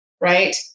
right